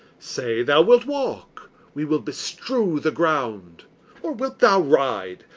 say thou wilt walk we will bestrew the ground or wilt thou ride?